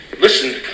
listen